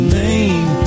name